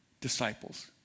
disciples